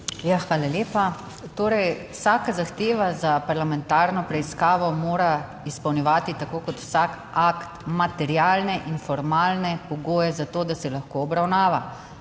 Hvala lepa. Vsaka zahteva za parlamentarno preiskavo mora izpolnjevati, tako kot vsak akt, materialne in formalne pogoje za to, da se lahko obravnava.